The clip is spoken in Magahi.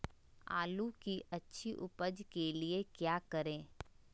आलू की अच्छी उपज के लिए क्या करें?